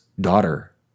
daughter